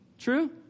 True